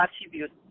attribute